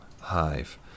hive